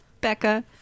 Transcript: Becca